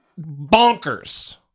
bonkers